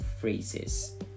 phrases